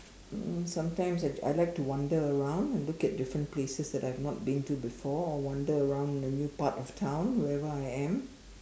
um sometimes I just I like to wander around and look at different places that I've not been to before or wander around in a new part of town wherever I am